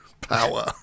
power